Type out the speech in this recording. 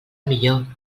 millor